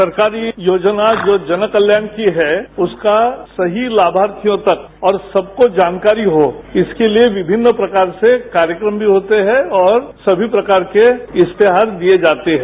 सरकारी योजना जो जन कल्याण की है उसका सही लाभार्थियों तक और सबको जानकारी हो इसके लिए विभिन्न प्रकार से कार्यक्रम भी होते हैं और समी प्रकार के इश्तहार दिए जाते हैं